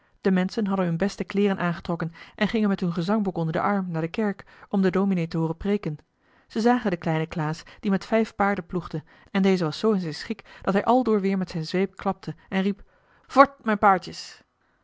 de menschen hadden hun beste kleeren aangetrokken en gingen met hun gezangboek onder den arm naar de kerk om den dominee te hooren preeken zij zagen den kleinen klaas die met vijf paarden ploegde en deze was zoo in zijn schik dat hij al door weer met zijn zweep klapte en riep voort mijn paardjes